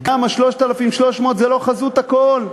גם 3,300 זה לא חזות הכול,